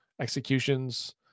executions